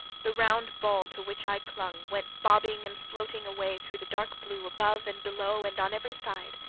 the round ball to which i clung went bobbing and floating away through the dark blue above and below and on every side.